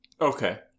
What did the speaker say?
Okay